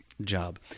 job